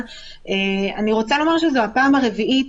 ילדים זה פרשייה.